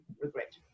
regret